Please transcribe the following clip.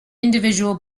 individual